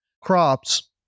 crops